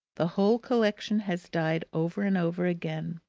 the whole collection has died over and over again.